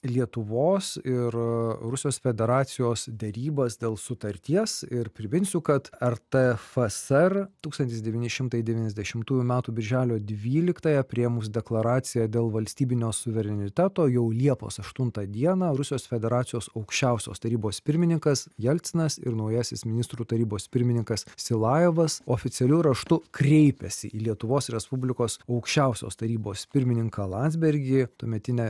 lietuvos ir rusijos federacijos derybas dėl sutarties ir priminsiu kad rtfsr tūkstantis devyni šimtai devyniasdešimtųjų metų birželio dvyliktąją priėmus deklaraciją dėl valstybinio suvereniteto jau liepos aštuntą dieną rusijos federacijos aukščiausios tarybos pirmininkas jelcinas ir naujasis ministrų tarybos pirmininkas silajevas oficialiu raštu kreipėsi į lietuvos respublikos aukščiausios tarybos pirmininką landsbergį tuometinę